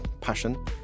Passion